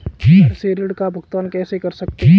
घर से ऋण का भुगतान कैसे कर सकते हैं?